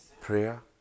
Prayer